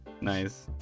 Nice